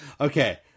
Okay